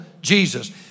Jesus